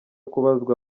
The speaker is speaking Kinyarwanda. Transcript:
kubazwa